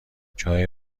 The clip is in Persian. جایی